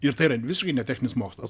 ir tai yra visiškai ne techninis mokslas